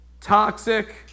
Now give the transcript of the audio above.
toxic